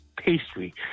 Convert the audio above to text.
pastry